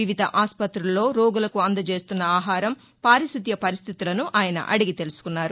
వివిధ ఆస్పతుల్లో రోగులకు అందజేస్తున్న ఆహారం పారిశుధ్య పరిస్దితులను ఆయన అడిగి తెలుసుకున్నారు